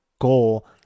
goal